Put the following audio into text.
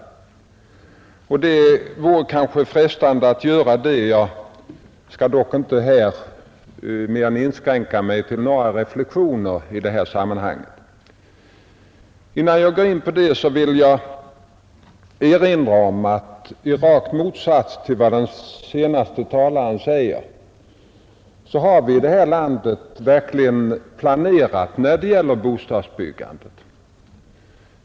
Det vore kanske frestande att göra det. Jag skall dock här inskränka mig till några reflexioner i detta sammanhang. Innan jag går in på detta, vill jag erinra om att i rak motsats till vad den senaste talaren säger har vi i detta land verkligen planerat och planerat väl när det gäller bostadsbyggandet.